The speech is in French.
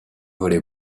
volley